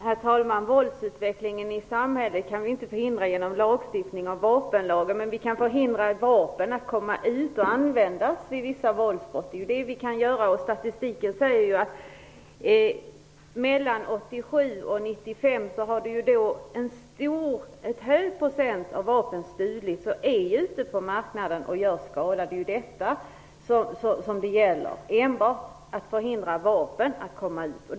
Herr talman! Våldsutvecklingen i samhället kan vi inte förhindra genom lagstiftning när det gäller vapenlagen. Däremot kan vi förhindra att vapen kommer ut och används vid vissa våldsbrott. Det är vad vi kan göra. Statistiken säger att mellan 1987 och 1995 har en hög procent vapen stulits som nu är ute på marknaden och gör skada. Vad det handlar om är alltså enbart att förhindra att vapen kommer ut.